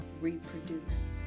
Reproduce